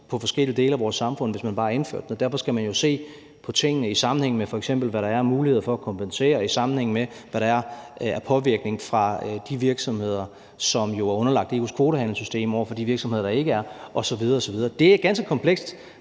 for forskellige dele af vores samfund, hvis man bare indførte det. Så derfor skal man jo se på tingene i sammenhæng med, hvad der f.eks. er af muligheder for at kompensere, og i sammenhæng med, hvad der er af påvirkning fra de virksomheder, som jo er underlagt EU's kvotehandelssystem, over for de virksomheder, der ikke er det, osv. Det er ganske komplekst.